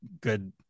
good